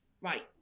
right